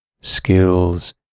skills